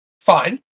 Fine